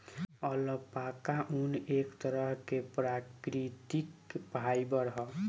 alpaca ऊन, एक तरह के प्राकृतिक फाइबर ह